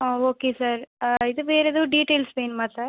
ஆ okay sir ஆ இதுவே வேறு ஏதும் டீட்டெயில்ஸ் வேணுமா சார்